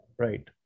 Right